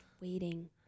waiting